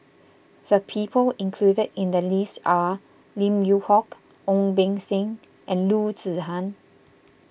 the people included in the list are Lim Yew Hock Ong Beng Seng and Loo Zihan